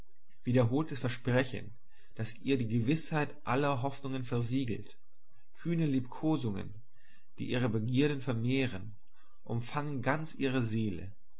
wiederholtes versprechen das ihr die gewißheit aller hoffnungen versiegelt kühne liebkosungen die ihre begierden vermehren umfangen ganz ihre seele